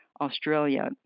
Australia